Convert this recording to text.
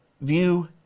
view